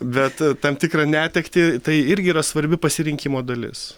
bet tam tikrą netektį tai irgi yra svarbi pasirinkimo dalis